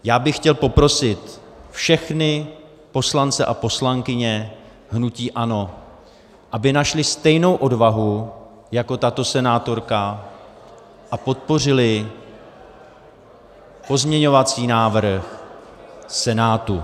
Já bych chtěl poprosit všechny poslance a poslankyně hnutí ANO, aby našli stejnou odvahu jako tato senátorka a podpořili pozměňovací návrh Senátu.